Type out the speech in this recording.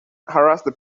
harassed